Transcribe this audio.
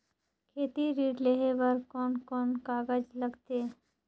खेती ऋण लेहे बार कोन कोन कागज लगथे?